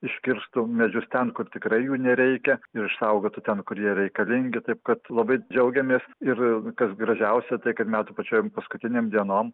iškirstų medžius ten kur tikrai jų nereikia ir išsaugotų ten kurie jie reikalingi taip kad labai džiaugiamės ir kas gražiausia tai kad metų pačiom paskutinėm dienom